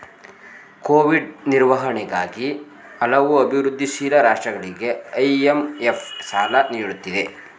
Covid ನಿರ್ವಹಣೆಗಾಗಿ ಹಲವು ಅಭಿವೃದ್ಧಿಶೀಲ ರಾಷ್ಟ್ರಗಳಿಗೆ ಐ.ಎಂ.ಎಫ್ ಸಾಲ ನೀಡುತ್ತಿದೆ